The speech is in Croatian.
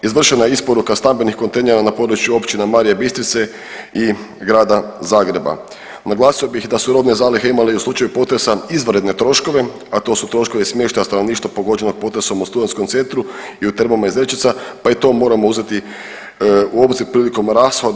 Izvršena je isporuka stambenih kontejnera na području općina Marije Bistrice i Grada Zagreba. naglasio bih da su robne zalihe imale i u slučaju potresa izvanredne troškove, a to su troškovi smještaja stanovništva pogođenog potresom u Studentskom centru i u Termama Jezerčica pa i to moramo uzeti u obzir prilikom rashoda.